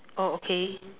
oh okay